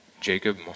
Jacob